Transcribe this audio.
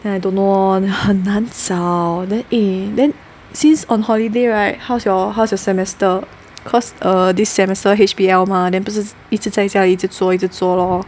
then I don't know lor 很难找 then eh then since on holiday right how's your how's your semester cause err this semester H_B_L mah then 不是在家里一直做一直做 lor